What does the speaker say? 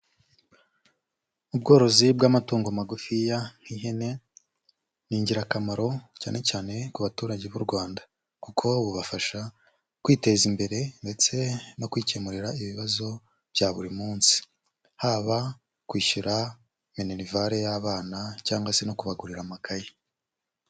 Ubworozi bw'amatungo magufiya nk'ihene, ni ingirakamaro cyane cyane ku baturage b'u Rwanda, kuko bubafasha kwiteza imbere ndetse no kwikemurira ibibazo bya buri munsi; haba kwishyura minerivare y'abana cyangwa se no kubagurira amakaye.